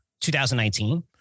2019